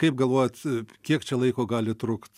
kaip galvojat kiek čia laiko gali trukt